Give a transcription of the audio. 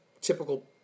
typical